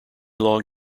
long